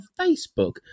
Facebook